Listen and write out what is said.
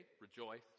rejoice